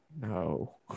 No